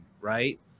right